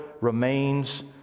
remains